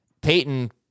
Peyton